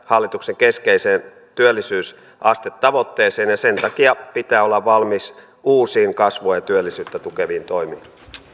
hallituksen keskeiseen työllisyysastetavoitteeseen ja sen takia pitää olla valmis uusiin kasvua ja työllisyyttä tukeviin toimiin